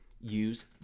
use